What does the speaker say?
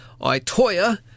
Itoya